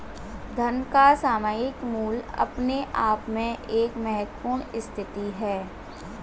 धन का सामयिक मूल्य अपने आप में एक महत्वपूर्ण स्थिति है